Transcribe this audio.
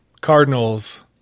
Cardinals